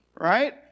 Right